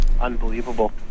Unbelievable